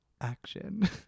Action